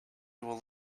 will